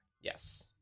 Yes